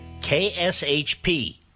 KSHP